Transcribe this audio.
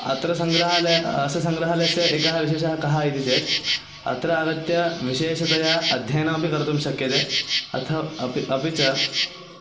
अत्र सङ्ग्रहालये अस्य सङ्ग्रहालयस्य एकः विशेषः कः इति चेत् अत्र आगत्य विशेषतया अध्ययनमपि कर्तुं शक्यते अथ अपि अपि च